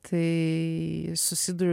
tai susiduriu